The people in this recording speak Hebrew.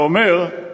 שאומר,